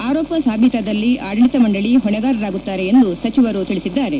ಆರೋಪ ಸಾಬೀತಾದಲ್ಲಿ ಆಡಳಿತ ಮಂಡಳಿ ಹೊಣೆಗಾರರಾಗುತ್ತಾರೆ ಎಂದು ಸಚಿವರು ತಿಳಿಸಿದ್ದಾರೆ